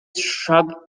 shrubs